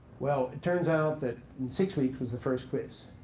well, it turns out that in six weeks was the first quiz.